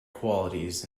qualities